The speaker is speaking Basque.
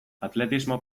atletismo